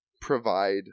provide